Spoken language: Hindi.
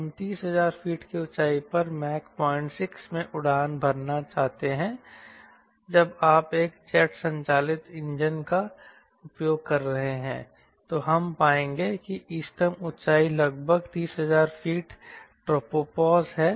हम 30000 फीट की ऊंचाई पर मैक 06 में उड़ना चाहते हैंजब आप एक जेट संचालित इंजन का उपयोग कर रहे हैं तो हम पाएंगे कि इष्टतम ऊंचाई लगभग 30000 फीट ट्रोपोपॉज़ है